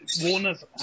Warner's